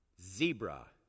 Zebra